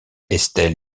estelle